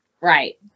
Right